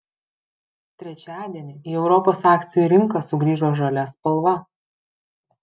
trečiadienį į europos akcijų rinką sugrįžo žalia spalva